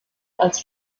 als